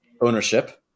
ownership